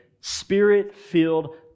Spirit-filled